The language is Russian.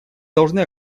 должны